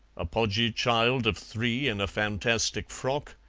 a podgy child of three, in a fantastic frock,